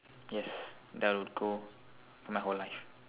yes they'll go in my whole life